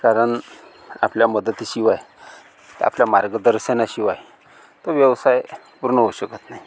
कारण आपल्या मदतीशिवाय आपल्या मार्गदर्शनाशिवाय तो व्यवसाय पूर्ण होऊ शकत नाही